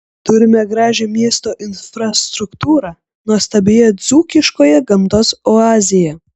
turime gražią miesto infrastruktūrą nuostabioje dzūkiškos gamtos oazėje